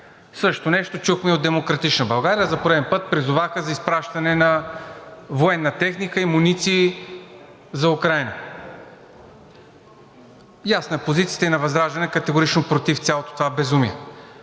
Същото нещо чухме и от „Демократична България“. За пореден път те призоваха за изпращане на военна техника и муниции за Украйна. Ясна е позицията и на ВЪЗРАЖДАНЕ – категорично против цялото това безумие.